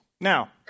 Now